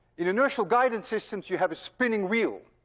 in inertial guidance systems, you have a spinning wheel,